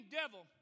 devil